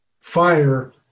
fire